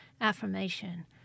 affirmation